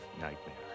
nightmare